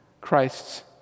Christ's